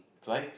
do I